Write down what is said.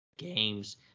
games